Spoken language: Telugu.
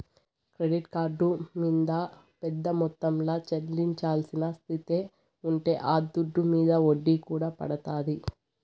క్రెడిట్ కార్డు మింద పెద్ద మొత్తంల చెల్లించాల్సిన స్తితే ఉంటే ఆ దుడ్డు మింద ఒడ్డీ కూడా పడతాది